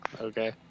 Okay